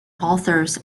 authors